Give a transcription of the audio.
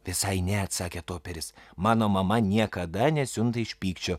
visai ne atsakė toperis mano mama niekada nesiunta iš pykčio